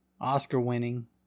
Oscar-winning